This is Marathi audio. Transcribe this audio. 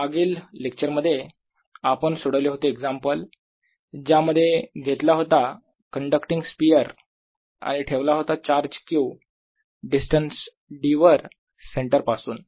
मागील लेक्चर मध्ये आपण सोडवले होते एक्झाम्पल ज्यामध्ये घेतला होता कण्डक्टींग स्पियर आणि ठेवला होता चार्ज Q डिस्टन्स d वर सेंटर पासून